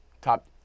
Top